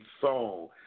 song